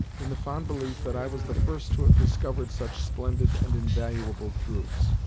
in the fond belief that i was the first to have discovered such splendid and invaluable truths.